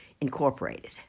Incorporated